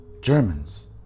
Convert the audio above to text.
Germans